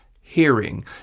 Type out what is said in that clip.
hearing